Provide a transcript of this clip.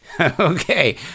Okay